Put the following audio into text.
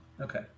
Okay